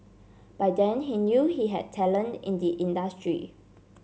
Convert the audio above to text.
by then he knew he had talent in the industry